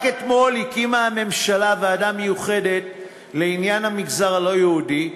רק אתמול הקימה הממשלה ועדה מיוחדת לעניין המגזר הלא-יהודי,